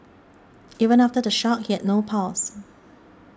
even after the shock he had no pulse